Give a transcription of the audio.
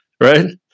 right